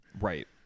Right